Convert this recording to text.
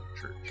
Church